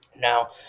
Now